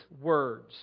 words